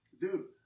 Dude